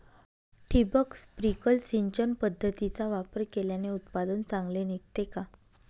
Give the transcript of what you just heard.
ठिबक, स्प्रिंकल सिंचन पद्धतीचा वापर केल्याने उत्पादन चांगले निघते का?